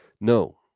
No